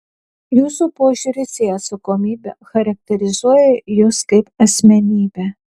jūsų požiūris į atsakomybę charakterizuoja jus kaip asmenybę